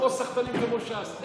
אנחנו לא סחטנים כמו ש"ס?